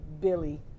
billy